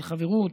של חברות.